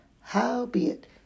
howbeit